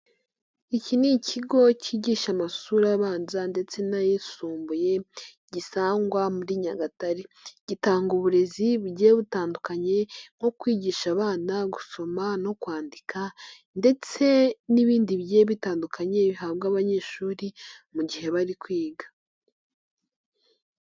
Iki ni ikigo cyigisha amashuri abanza ndetse n'ayisumbuye gisangwa muri Nyagatare, gitanga uburezi bugiye butandukanye nko kwigisha abana gusoma no kwandika ndetse n'ibindi bigiye bitandukanye bihabwa abanyeshuri, mu gihe bari kwiga.